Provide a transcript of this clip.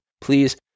Please